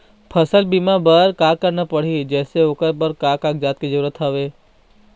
फसल बीमा बार का करना पड़ही जैसे ओकर बर का का कागजात के जरूरत हवे?